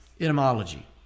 etymology